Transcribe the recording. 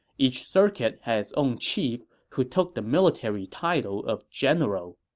each circuit had its own chief, who took the military title of general